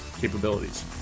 capabilities